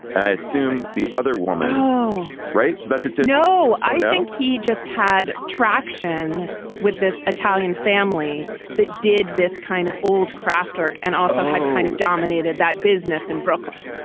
and i assume the other woman. oh, right. so that's it no, i think he just had traction with this italian family that did this kind of old craftwork and also had kind of dominated that business in brooklyn.